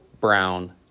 brown